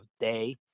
day